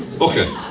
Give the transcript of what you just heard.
Okay